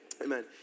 amen